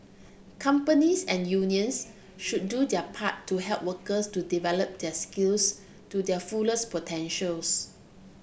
companies and unions should do their part to help workers to develop their skills to their fullest potentials